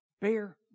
Bear